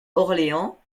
orléans